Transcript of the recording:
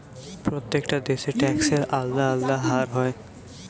প্রত্যেকটা দেশে ট্যাক্সের আলদা আলদা হার হয়